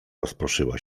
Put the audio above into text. rozproszyła